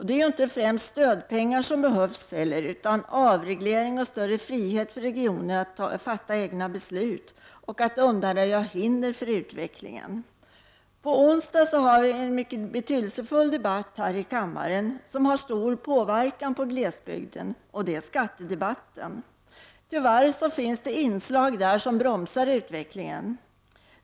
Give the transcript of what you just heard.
Det är inte heller främst stödpengar som behövs utan avreglering och större frihet för regionerna att fatta egna beslut och att undanröja hinder för utvecklingen. På onsdag har vi här i kammaren en mycket betydelsefull debatt som har stor påverkan på glesbygden, nämligen skattedebatten. Tyvärr finns det inslag där som bromsar utvecklingen.